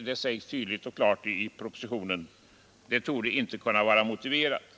— det sägs tydligt och klart i propositionen — torde inte vara motiverat.